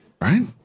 Right